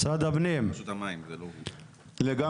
אני אומר